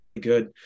good